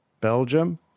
Belgium